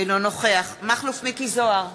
אינו נוכח מכלוף מיקי זוהר,